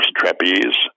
trapeze